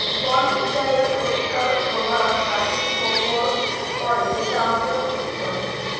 বন উজাড়ের ক্ষতিকারক প্রভাব প্রকৃতির উপর পড়ে যেটা আমাদের ক্ষতি করে